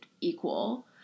equal